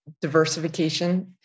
diversification